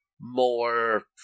more